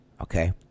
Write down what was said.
Okay